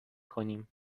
کنیم